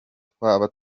twaba